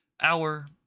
hour